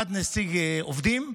אחד נציג עובדים,